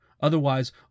Otherwise